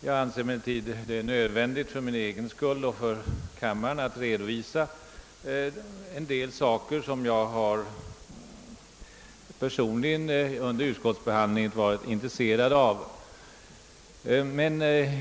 Jag anser det emellertid nödvändigt för min egen skull att för kammaren redovisa en del av vad jag personligen under utskottsbehandlingen varit intresserad av.